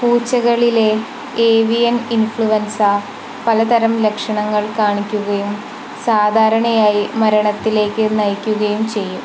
പൂച്ചകളിലെ avian influenza പലതരം ലക്ഷണങ്ങൾ കാണിക്കുകയും സാധാരണയായി മരണത്തിലേക്ക് നയിക്കുകയും ചെയ്യും